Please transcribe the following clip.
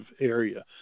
area